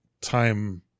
time